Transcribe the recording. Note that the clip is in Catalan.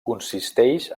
consisteix